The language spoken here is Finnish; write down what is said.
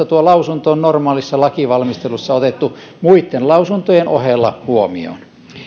tuo lausunto on normaalissa lainvalmistelussa otettu muitten lausuntojen ohella huomioon